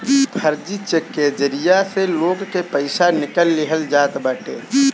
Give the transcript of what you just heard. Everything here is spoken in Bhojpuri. फर्जी चेक के जरिया से लोग के पईसा निकाल लिहल जात बाटे